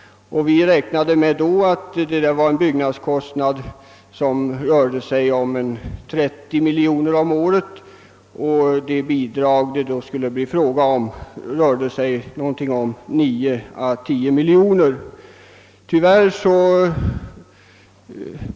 Vi räknade då med en byggnadskostnad på 30 miljoner kronor om året. Det bidrag som det då skulle bli fråga om rörde sig om 9—10 miljoner kronor.